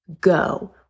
Go